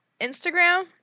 Instagram